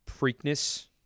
preakness